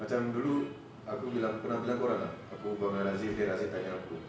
macam dulu aku bilang aku pernah bilang korang tak aku berbual dengan razi then razi tanya aku